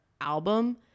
album